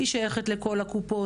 היא שייכת לכל הקופות,